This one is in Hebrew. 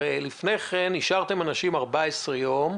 הרי לפני כן, השארתם אנשים בבידוד 14 יום,